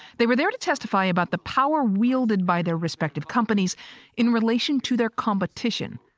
they were there to testify about the power wielded by their respective companies in relation to their competition.